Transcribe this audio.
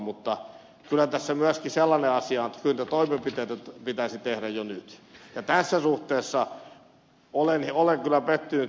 mutta kyllä tässä myöskin sellainen asia on että niitä toimenpiteitä pitäisi tehdä jo nyt ja tässä suhteessa olen kyllä pettynyt